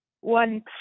one